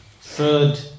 third